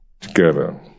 together